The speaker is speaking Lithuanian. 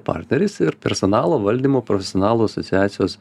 partneris ir personalo valdymo profesionalų asociacijos